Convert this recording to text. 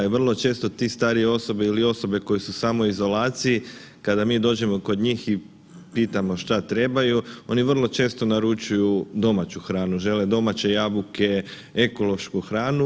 Ovaj, vrlo često te starije osobe ili osobe koje su u samoizolaciji kada mi dođemo kod njih i pitamo šta trebaju oni vrlo često naručuju domaću hranu, žele domaće jabuke, ekološku hranu.